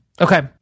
Okay